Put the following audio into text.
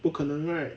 不可能 right